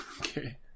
Okay